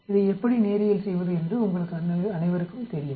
இதை எப்படி நேரியல் செய்வது என்று உங்கள் அனைவருக்கும் தெரியும்